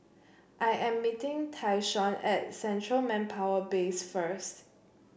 I am meeting Tyshawn at Central Manpower Base first